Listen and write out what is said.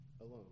alone